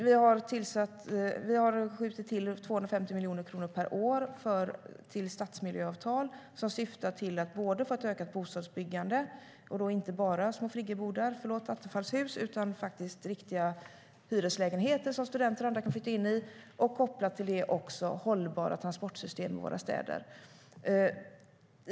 Vi har skjutit till 250 miljoner kronor per år till stadsmiljöavtal som syftar till ökat bostadsbyggande, inte bara små friggebodar, förlåt Attefallshus, utan faktiskt riktiga hyreslägenheter som studenter och andra kan flytta in i - kopplat till hållbara transportsystem i våra städer.